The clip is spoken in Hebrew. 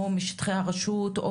או משטחי הרשות,